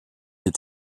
est